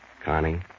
Connie